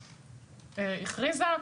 שהשרה הכריזה,